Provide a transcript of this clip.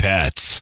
Pets